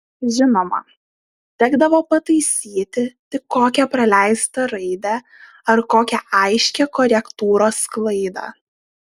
žinoma tekdavo pataisyti tik kokią praleistą raidę ar kokią aiškią korektūros klaidą